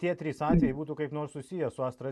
tie trys atvejai būtų kaip nors susiję su astra